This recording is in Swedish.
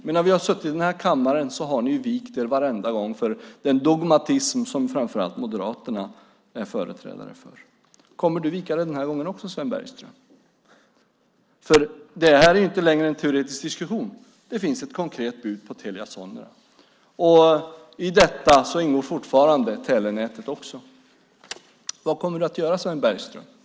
Men sedan har ni varenda gång i denna kammare vikt er för den dogmatism som framför allt Moderaterna är företrädare för. Kommer du att vika dig också den här gången, Sven Bergström? Det hela är inte längre en teoretisk diskussion. Nu finns det ett konkret bud på Telia Sonera. I detta ingår fortfarande också telenätet. Vad kommer du, Sven Bergström, att göra?